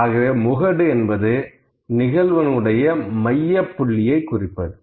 ஆக முகடு என்பது நிகழ்வெண் உடைய மையப் புள்ளியை குறிப்பது